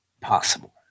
possible